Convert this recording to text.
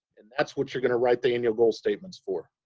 and that's what you're going to write the annual goal statements for.